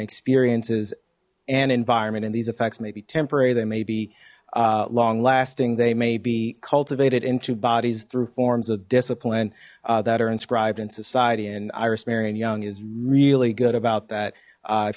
experiences an environment and these effects may be temporary they may be long lasting they may be cultivated into bodies through forms of discipline that are inscribed in society and iris marianne jung is really good about that